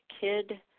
kid